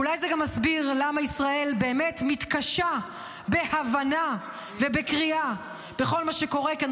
אולי זה גם מסביר למה ישראל באמת מתקשה בהבנה ובקריאה בכל מה שקורה כאן.